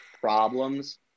problems